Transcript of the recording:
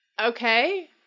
Okay